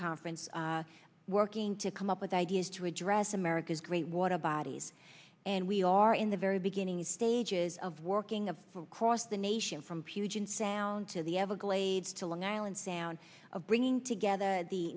conference working to come up with ideas to address america's great water bottles and we are in the very beginning stages of working for across the nation from puget sound to the everglades to long island sound of bringing together the